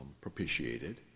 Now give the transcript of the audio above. propitiated